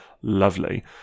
lovely